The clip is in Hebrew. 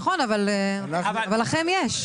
נכון, אבל לכם יש.